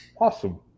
Awesome